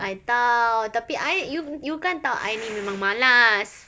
I tahu tapi I you you kan tahu I ni memang malas